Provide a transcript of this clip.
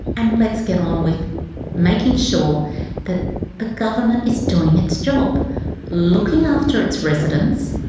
and let's get on with making sure that the government is doing its job looking after its residents,